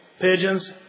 pigeons